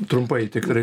trumpai tikrai